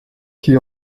qu’il